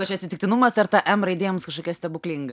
o čia atsitiktinumas ar ta m raidė jums kažkokia stebuklinga